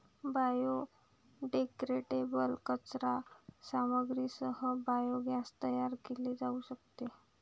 biodegradable कचरा सामग्रीसह biogas तयार केले जाऊ शकते